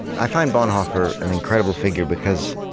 i find bonhoeffer an incredible figure, because